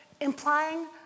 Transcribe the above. implying